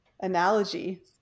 analogy